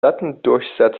datendurchsatz